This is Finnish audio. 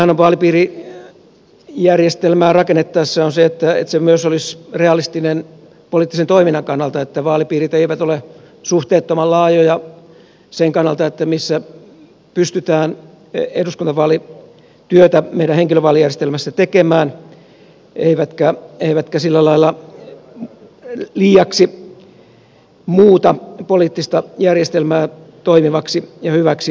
oleellistahan on vaalipiirijärjestelmää rakennettaessa se että se myös olisi realistinen poliittisen toiminnan kannalta että vaalipiirit eivät ole suhteettoman laajoja sen kannalta missä pystytään eduskuntavaalityötä meidän henkilövaalijärjestelmässä tekemään eivätkä sillä lailla liiaksi muuta poliittista järjestelmää toimivaksi ja hyväksi havaitusta